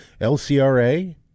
LCRA